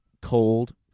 cold